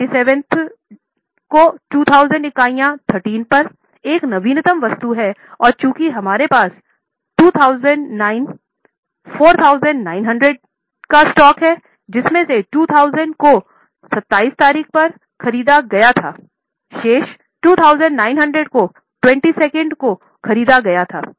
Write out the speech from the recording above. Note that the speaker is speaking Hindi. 27 तारीख 2000 इकाइयाँ 13 पर एक नवीनतम वस्तु है और चूंकि हमारे पास 2009 4900 का स्टॉक है जिसमें से 2000 को 27 तारीख पर खरीदा गया था शेष 2900 को 22 तारीख पर खरीदा गया है